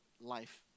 life